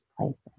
places